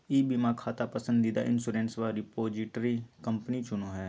ई बीमा खाता पसंदीदा इंश्योरेंस रिपोजिटरी कंपनी चुनो हइ